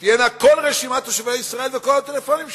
רשימת כל תושבי ישראל וכל הטלפונים שלהם?